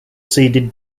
seeded